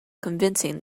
convincing